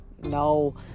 No